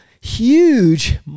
huge